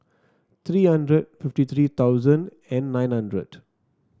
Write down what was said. three hundred fifty three thousand and nine hundred